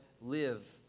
live